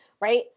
right